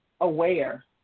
aware